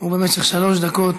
למשך שלוש דקות.